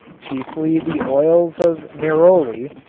chiefly the oils of neroli,